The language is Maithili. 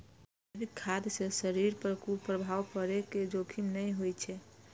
जैविक खाद्य सं शरीर पर कुप्रभाव पड़ै के जोखिम नै होइ छै